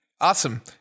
Awesome